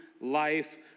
life